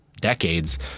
decades